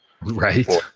Right